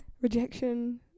Rejection